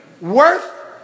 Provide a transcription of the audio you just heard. worth